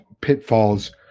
pitfalls